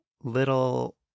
little